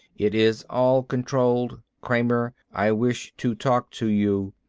it is all controlled. kramer, i wish to talk to you.